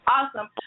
awesome